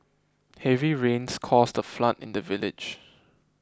heavy rains caused a flood in the village